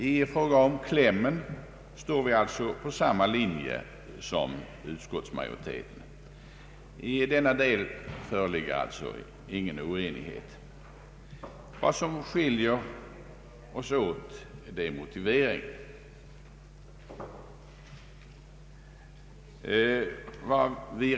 I fråga om klämmen i utskottets betänkande står reservanterna i reservation 1 alltså på samma linje som utskottsmajoriteten. I denna del föreligger ingen oenighet. Vad som skiljer oss åt är motiveringen.